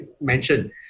mentioned